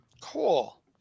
Cool